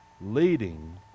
leading